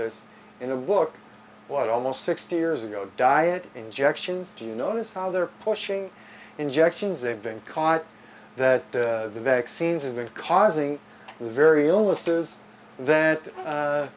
this in a book what almost sixty years ago diet injections do you notice how they're pushing injections they've been caught that the vaccines have been causing the very illnesses that